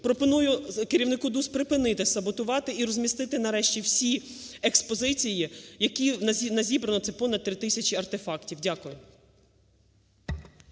Пропоную керівнику ДУС припинити саботувати і розмістити нарешті всі експозиції, якіназібрано, це понад 3 тисячі артефактів. Дякую.